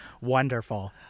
Wonderful